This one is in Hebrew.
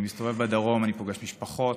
אני מסתובב בדרום, אני פוגש משפחות.